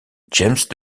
james